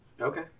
Okay